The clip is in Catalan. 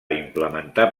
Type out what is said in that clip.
implementar